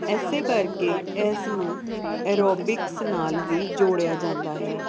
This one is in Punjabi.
ਐਸੇ ਕਰਕੇ ਐਸ ਨੂੰ ਐਰੋਬਿਕਸ ਨਾਲ ਵੀ ਜੋੜਿਆ ਜਾਂਦਾ ਹੈ